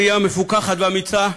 הייתה ראייה מפוכחת ואמיצה,